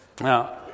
now